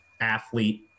athlete